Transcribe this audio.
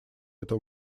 этого